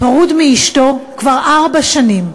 פרוד מאשתו כבר ארבע שנים,